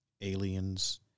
aliens